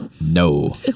No